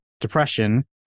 depression